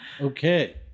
Okay